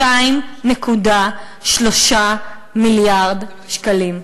2.3 מיליארד שקלים.